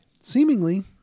Seemingly